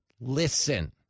listen